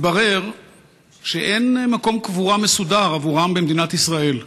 מתברר שאין מקום קבורה מסודר עבורם במדינת ישראל.